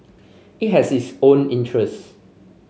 it has its own interests